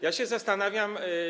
Ja się zastanawiam.